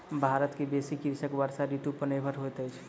भारत के बेसी कृषक वर्षा ऋतू पर निर्भर होइत अछि